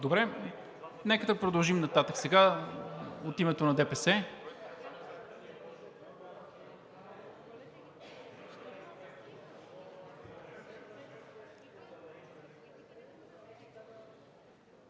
Добре. Нека да продължим нататък сега. От името на ДПС?